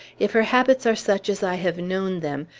if her habits are such as i have known them,